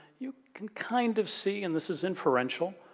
you can kind of see, and this is inferential,